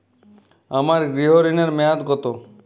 আমার গৃহ ঋণের মেয়াদ কত?